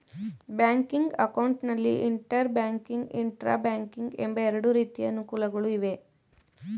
banking account ನಲ್ಲಿ inter banking, intra banking ಎಂಬ ಎರಡು ರೀತಿಯ ಅನುಕೂಲಗಳು ಇವೆ